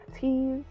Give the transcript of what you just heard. teas